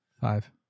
five